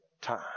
time